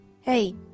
hey